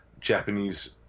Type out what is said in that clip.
Japanese